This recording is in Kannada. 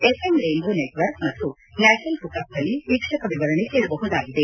ಎಫ್ಎಂ ರೇನ್ ಬೋ ನೆಟ್ವರ್ಕ್ ಮತ್ತು ನ್ಯಾಷನಲ್ ಹೂಕ್ ಅಪ್ನಲ್ಲಿ ವೀಕ್ಷಕ ವಿವರಣೆ ಕೇಳಬಹುದಾಗಿದೆ